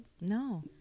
No